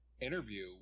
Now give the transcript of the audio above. interview